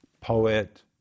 poet